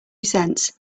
cents